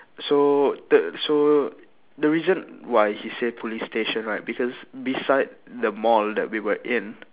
so the so the reason why he said police station right because beside the mall that we were in